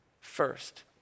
first